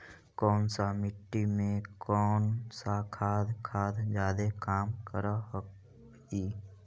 कौन सा मिट्टी मे कौन सा खाद खाद जादे काम कर हाइय?